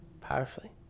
powerfully